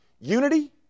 Unity